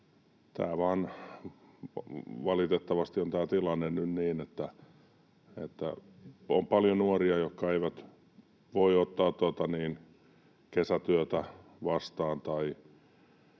valitettavasti on nyt niin, että on paljon nuoria, jotka eivät voi ottaa vastaan